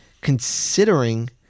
considering